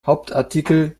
hauptartikel